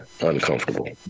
uncomfortable